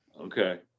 Okay